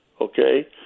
Okay